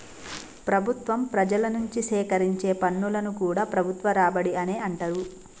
ప్రభుత్వం ప్రజల నుంచి సేకరించే పన్నులను కూడా ప్రభుత్వ రాబడి అనే అంటరు